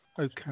Okay